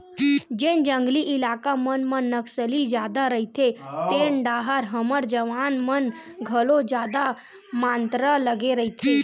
जेन जंगली इलाका मन म नक्सली जादा रहिथे तेन डाहर हमर जवान मन घलो जादा मातरा लगे रहिथे